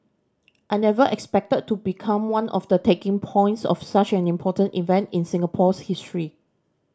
I never expected to become one of the taking points of such an important event in Singapore's history